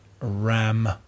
ram